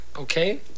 Okay